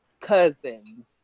cousin